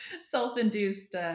self-induced